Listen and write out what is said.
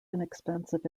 inexpensive